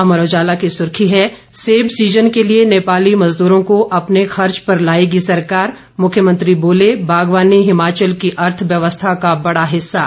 अमर उजाला की सुर्खी है सेब सीजन के लिए नेपाली मजदूरों को अपने खर्च पर लाएगी सरकार मुख्यमंत्री बोले बागवानी हिमाचल की अर्थव्यवस्था का बड़ा हिस्सा